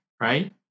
right